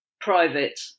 Private